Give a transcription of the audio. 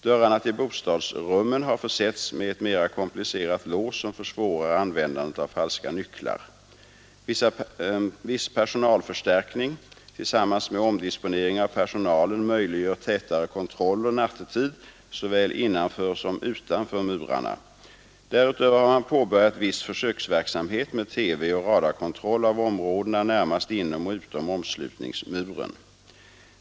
Dörrarna till bostadsrummen har försetts med ett mera komplicerat lås som försvårar användandet av falska nycklar. Viss personalförstärkning tillsammans med omdisponering av personalen möjliggör tätare kontroller nattetid såväl innanför som utanför murarna. Därutöver har man påbörjat viss försöksverksamhet med TV och radarkontroll av områdena närmast inom och utom omslutningsmuren.